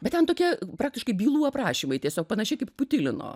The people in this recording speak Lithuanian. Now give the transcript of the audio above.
bet ten tokie praktiškai bylų aprašymai tiesiog panašiai kaip putilino